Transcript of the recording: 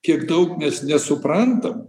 kiek daug mes nesuprantam